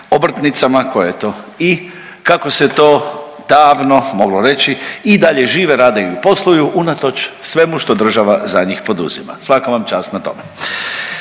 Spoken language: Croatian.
obrtnicama koje eto i kako se to davno moglo reći i dalje žive, rade i posluju unatoč svemu što država za njih poduzima, svaka vam čast na tome.